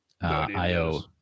Io